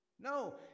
No